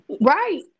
Right